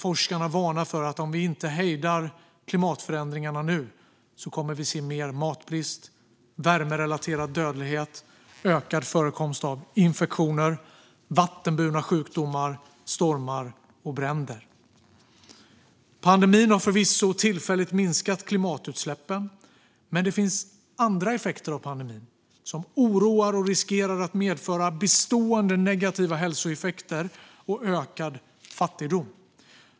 Forskarna varnar för att om vi inte hejdar klimatförändringarna nu kommer vi att se mer matbrist, värmerelaterad dödlighet och ökad förekomst av infektioner, vattenburna sjukdomar, stormar och bränder. Pandemin har förvisso tillfälligt minskat klimatutsläppen, men det finns andra effekter av pandemin som oroar och som riskerar att medföra bestående negativa hälsoeffekter och ökad fattigdom.